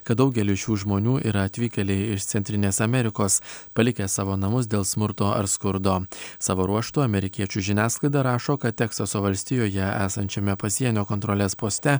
kad daugelis šių žmonių yra atvykėliai iš centrinės amerikos palikę savo namus dėl smurto ar skurdo savo ruožtu amerikiečių žiniasklaida rašo kad teksaso valstijoje esančiame pasienio kontrolės poste